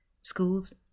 schools